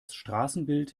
straßenbild